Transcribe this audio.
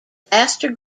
faster